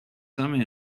some